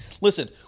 Listen